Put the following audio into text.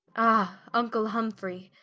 ah vnckle humfrey,